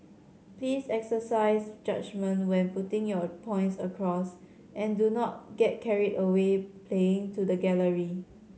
please exercise judgement when putting your points across and do not get carried away playing to the gallery